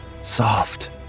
soft